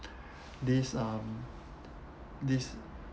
this um this